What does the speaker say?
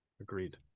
Agreed